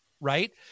right